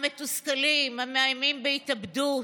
המתוסכלים, המאיימים בהתאבדות.